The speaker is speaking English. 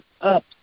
up